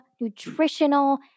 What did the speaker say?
nutritional